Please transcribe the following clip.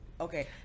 okay